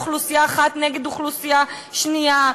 אוכלוסייה אחת נגד אוכלוסייה שנייה,